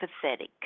pathetic